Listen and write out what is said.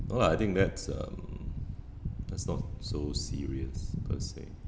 no lah I think that's um that's not so serious per se